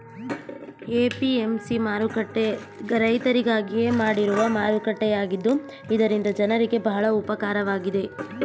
APMC ಮಾರುಕಟ್ಟೆ ರೈತರಿಗಾಗಿಯೇ ಮಾಡಿರುವ ಮಾರುಕಟ್ಟೆಯಾಗಿತ್ತು ಇದರಿಂದ ಜನರಿಗೆ ಬಹಳ ಉಪಕಾರವಾಗಿದೆ